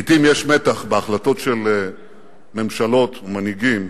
לעתים יש מתח בהחלטות של ממשלות ומנהיגים